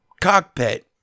cockpit